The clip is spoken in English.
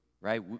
right